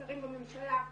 ששרים בממשלה,